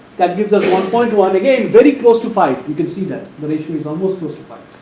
that gives us one point one, again very close to five you can see that the ratio is almost close to five